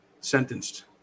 sentenced